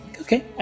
okay